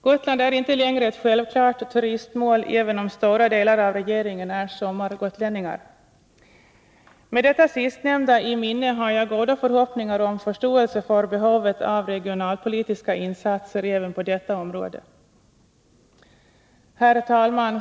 Gotland är inte längre ett självklart turistmål, även om stora delar av regeringen är sommargotlänningar. Med detta sistnämnda i minne har jag goda förhoppningar om förståelse för behovet av regionalpolitiska insatser även på detta område. Herr talman!